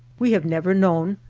we have never known,